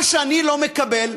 מה שאני לא מקבל,